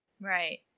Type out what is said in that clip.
Right